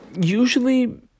usually